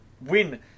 win